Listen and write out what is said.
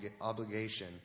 obligation